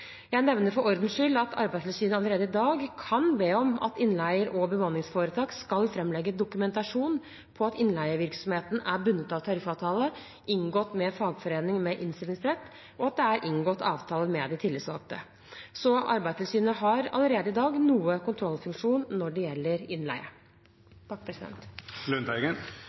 Jeg nevner for ordens skyld at Arbeidstilsynet allerede i dag kan be om at innleier og bemanningsforetak skal framlegge dokumentasjon på at innleievirksomheten er bundet av tariffavtale inngått med fagforening med innstillingsrett, og at det er inngått avtale med de tillitsvalgte. Så Arbeidstilsynet har allerede i dag noe kontrollfunksjon når det gjelder innleie.